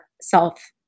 self